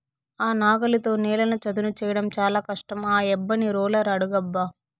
ఆ నాగలితో నేలను చదును చేయడం చాలా కష్టం ఆ యబ్బని రోలర్ అడుగబ్బా